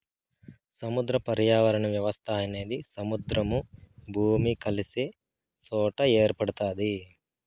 సముద్ర పర్యావరణ వ్యవస్థ అనేది సముద్రము, భూమి కలిసే సొట ఏర్పడుతాది